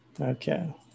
Okay